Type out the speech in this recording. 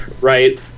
Right